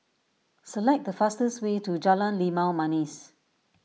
select the fastest way to Jalan Limau Manis